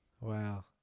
Wow